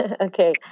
okay